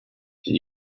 can